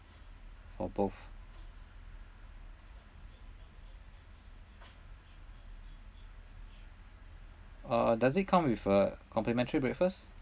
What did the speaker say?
or both uh does it come with a complimentary breakfast